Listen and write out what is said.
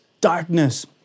darkness